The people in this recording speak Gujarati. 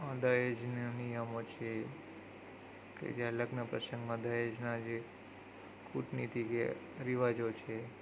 દહેજના નિયમો છે કે જ્યાં લગ્ન પ્રસંગમાં દહેજના જે કૂટનીતિ જે રિવાજો છે